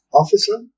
officer